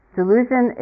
Delusion